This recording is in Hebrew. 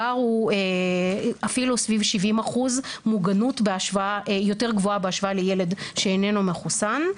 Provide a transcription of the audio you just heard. הפער הוא אפילו סביב 70% מוגנות יותר גבוהה בהשוואה לילד שאיננו מחוסן.